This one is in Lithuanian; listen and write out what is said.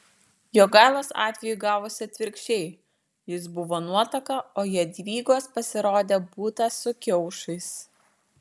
jogailos atveju gavosi atvirkščiai jis buvo nuotaka o jadvygos pasirodė būta su kiaušais